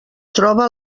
troba